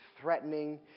threatening